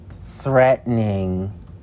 threatening